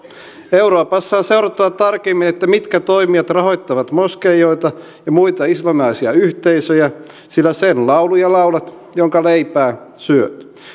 euroopassa on seurattava tarkemmin mitkä toimijat rahoittavat moskeijoita ja muita islamilaisia yhteisöjä sillä sen lauluja laulat jonka leipää syöt